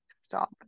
Stop